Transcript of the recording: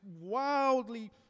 wildly